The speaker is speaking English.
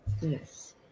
Yes